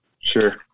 sure